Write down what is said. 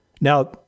Now